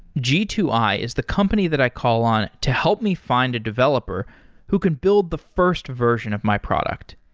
g two i is the company that i call on to help me find a developer who can build the first version of my product.